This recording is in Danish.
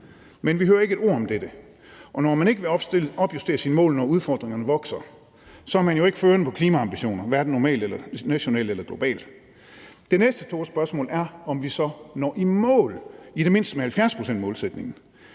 Men vi hører ikke et ord om dette. Og når man ikke vil opjustere sine mål, når udfordringerne vokser, er man jo ikke førende på klimaambitioner, hverken nationalt eller globalt. Det næste store spørgsmål er, om vi så når i mål i det mindste med 70-procentsmålsætningen.